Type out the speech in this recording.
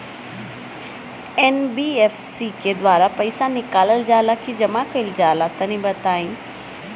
NBFC के द्वारा पईसा निकालल जला की जमा कइल जला तनि बताई?